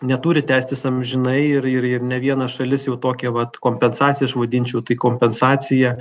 neturi tęstis amžinai ir ir ir ne viena šalis jau tokią vat kompensaciją aš vadinčiau tai kompensaciją